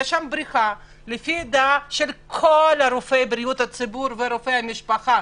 לדעת כל רופאי הציבור ורופאי המשפחה,